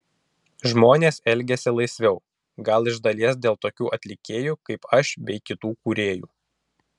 žmonės elgiasi laisviau gal iš dalies dėl tokių atlikėjų kaip aš bei kitų kūrėjų